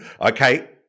Okay